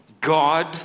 God